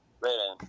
Right